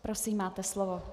Prosím, máte slovo.